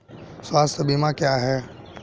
स्वास्थ्य बीमा क्या है?